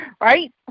Right